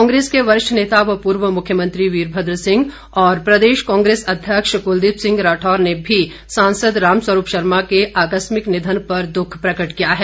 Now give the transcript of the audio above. कांग्रेस के वरिष्ठ नेता व पूर्व मुख्यमंत्री वीरभद्र सिंह और प्रदेश कांग्रेस अध्यक्ष कुलदीप सिंह राठौर ने भी सांसद रामस्वरूप शर्मा के आकस्मिक निधन पर दुख प्रकट किया है